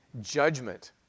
judgment